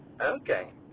Okay